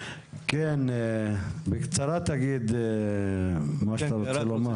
כן, אבשלום בקצרה תגיד את מה שיש לך לומר.